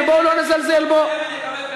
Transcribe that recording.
ובואו לא נזלזל בו,